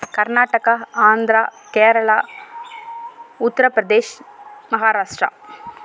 Karnataka Andhra Kerala Uttar Pradesh Maharashtra